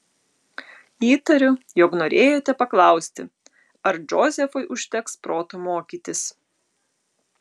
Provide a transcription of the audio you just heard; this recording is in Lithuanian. įtariu jog norėjote paklausti ar džozefui užteks proto mokytis